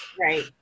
Right